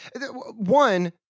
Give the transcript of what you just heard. one